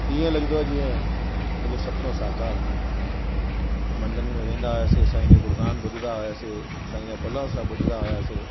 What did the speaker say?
ईअं लॻंदो जीअं मुंहिंजो सपनो साकार थियो मंदिर में वेंदा हुयासीं साईं जो गुणगान ॿुधंदा हुयासीं साईं जा पलव साहिब ॿुधंदा हुयासीं